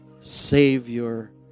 savior